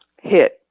hit